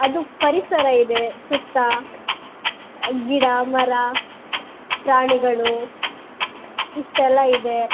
ಅದು ಪರಿಸರ ಇದೆ ಸುತ್ತ ಗಿಡ ಮರ ಪ್ರಾಣಿಗಳು ಇಷ್ಟೆಲ್ಲ ಇದೆ